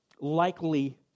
likely